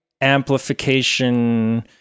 amplification